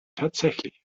tatsächlich